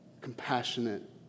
compassionate